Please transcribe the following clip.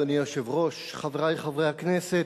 אדוני היושב-ראש, חברי חברי הכנסת,